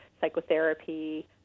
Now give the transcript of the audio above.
psychotherapy